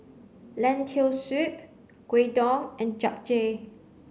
lentil soup Gyudon and Japchae